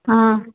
ஆ